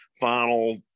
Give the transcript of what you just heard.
final